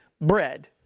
bread